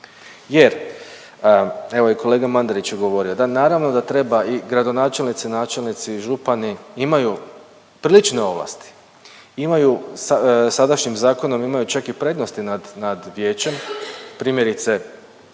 jer, evo i kolega Mandarić je govorio, da naravno da treba i gradonačelnici i načelnici i župani imaju prilične ovlasti. Imaju sadašnjim zakonom imaju čak i prednosti nad vijećem, primjerice,